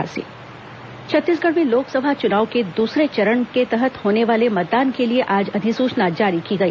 निर्वाचन आयोग अधिसूचना छत्तीसगढ़ में लोकसभा चुनाव के दूसरे चरण के तहत होने वाले मतदान के लिए आज अधिसूचना जारी की गई